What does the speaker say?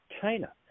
China